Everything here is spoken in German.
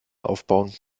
aufbauen